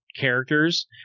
characters